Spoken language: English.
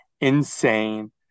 insane